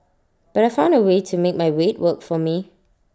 but I found A way to make my weight work for me